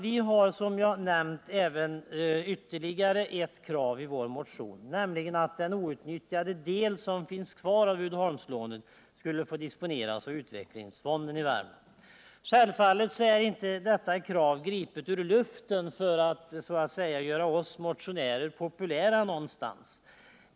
Vi har, som jag nämnt, ytterligare ett krav i vår motion, nämligen att den outnyttjade del som finns kvar av Uddeholmslånet skulle få disponeras av Utvecklingsfonden i Värmlands län. Självfallet är inte detta krav gripet ur luften för att så att säga göra oss motionärer populära någonstans.